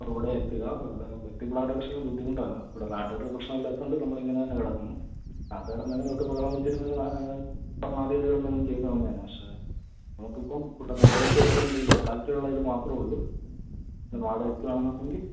ഇവിടെ എത്തുക എത്തിപ്പെടാൻ ബുദ്ധിമുട്ടാണ് ഇവിടെ നാട്ടുകാര്ക്ക് പ്രശ്നം ഇല്ലാത്തോണ്ട് നമ്മളിങ്ങനന്നെ കിടക്കുന്നു നാട്ടുകാരെന്തെങ്കിലുവൊക്കെ ബഹളം വെച്ചിരുന്നെങ്കിൽ ന ഭരണാധികാരികള് എന്തെങ്കിലും ചെയ്തു തന്നേനെ പക്ഷേ നമുക്കിപ്പം ഇവിടെ മൊബൈല് ഷോപ്പ് കൊണ്ട് ഈ ലോക്കാല്റ്റിയൊള്ള ഇത് മാത്രമേ ഉള്ളൂ പിന്നെ വാടകക്ക് വേണം എന്നുണ്ടെങ്കില്